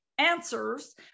Answers